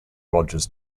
rogers